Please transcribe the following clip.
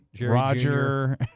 Roger